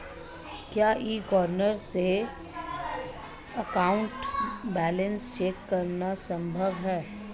क्या e corner से account balance check करना संभव है?